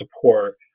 support